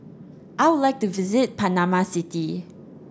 I would like to visit Panama City